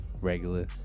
regular